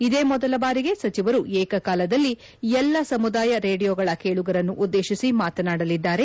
ಇದೇ ಮೊದಲ ಬಾರಿಗೆ ಸಚಿವರು ಏಕಕಾಲದಲ್ಲಿ ಎಲ್ಲ ಸಮುದಾಯ ರೇಡಿಯೋಗಳ ಕೇಳುಗರನ್ನು ಉದ್ಗೇತಿಸಿ ಮಾತನಾಡಲಿದ್ದಾರೆ